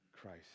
Christ